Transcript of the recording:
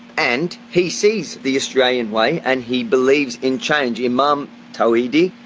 and he sees the australian way and he believes in change. imam tawhidi.